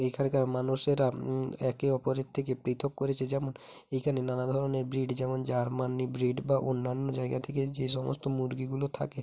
এখানকার মানুষেরা একে অপরের থেকে পৃথক করেছে যেমন এইখানে নানা ধরনের ব্রিড যেমন জার্মানি ব্রিড বা অন্যান্য জায়গা থেকে যে সমস্ত মুরগিগুলো থাকে